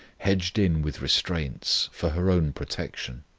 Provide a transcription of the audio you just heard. hedged in with restraints, for her own protection.